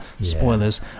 spoilers